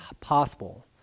possible